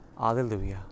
Alleluia